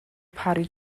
parry